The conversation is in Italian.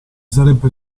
sarebbe